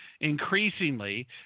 Increasingly